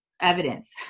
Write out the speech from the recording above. evidence